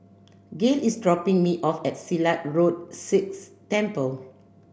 Gale is dropping me off at Silat Road Sikh Temple